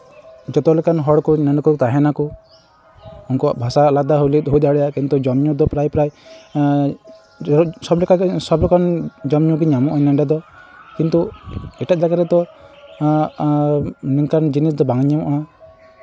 ᱡᱚᱛᱚ ᱞᱮᱠᱟᱱ ᱦᱚᱲ ᱠᱚ ᱱᱚᱰᱮ ᱛᱟᱦᱮ ᱱᱟᱠᱚ ᱩᱱᱠᱩᱣᱟᱜ ᱵᱷᱟᱥᱟ ᱟᱞᱟᱫᱟ ᱦᱩᱭ ᱫᱟᱲᱮᱭᱟᱜᱼᱟ ᱠᱤᱱᱛᱩ ᱡᱚᱢᱼᱧᱩ ᱫᱚ ᱯᱨᱟᱭ ᱯᱨᱟᱭ ᱥᱚᱵ ᱞᱮᱠᱟᱜᱮ ᱥᱚᱵ ᱨᱚᱠᱚᱢ ᱡᱚᱢᱼᱧᱩ ᱜᱮ ᱧᱟᱢᱚᱜᱼᱟ ᱱᱚᱰᱮ ᱫᱚ ᱠᱤᱱᱛᱩ ᱮᱴᱟᱜ ᱡᱟᱭᱜᱟ ᱨᱮᱫᱚ ᱱᱤᱝᱠᱟᱱ ᱡᱤᱱᱤᱥ ᱫᱚ ᱵᱟᱝ ᱧᱟᱢᱚᱜᱼᱟ